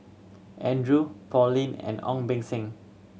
Andrew Paulin and Ong Beng Seng